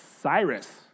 Cyrus